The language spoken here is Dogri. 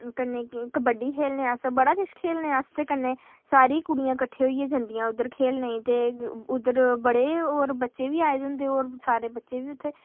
कन्ने कबड्डी खेढने अस केह् करचै अस ते कन्नै सारी कुडियां कट्ठियां होइयै जन्नियां उद्धर खेढने गी ते उद्धर बड्डे और बच्चे बी आए दे होंदे और सारे बच्चे बी उत्थै